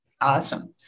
Awesome